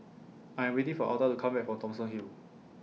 I Am waiting For Alta to Come Back from Thomson Hill